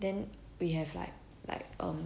then we have like like err mm